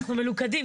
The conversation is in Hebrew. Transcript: אנחנו מלוכדים.